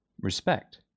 respect